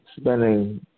spending